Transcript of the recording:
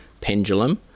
pendulum